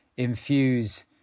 infuse